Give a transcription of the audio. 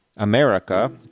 America